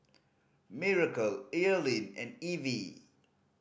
Miracle Earlean and Evie